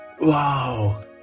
Wow